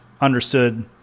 understood